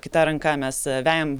kita ranka mes vejame